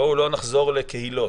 בואו לא נחזור לקהילות.